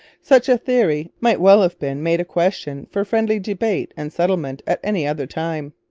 such a theory might well have been made a question for friendly debate and settlement at any other time.